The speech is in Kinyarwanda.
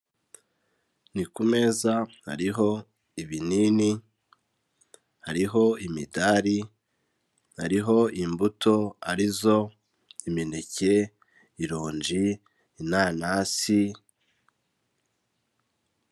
Ni ku meza hariho ibinini, hariho imidari, hariho imbuto ari zo imineke, irongi, inanasi.